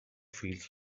feels